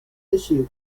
issue